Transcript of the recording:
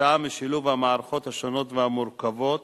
כתוצאה משילוב המערכות השונות והמורכבות,